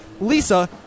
Lisa